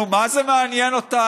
נו, מה זה מעניין אותנו?